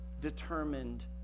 determined